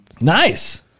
Nice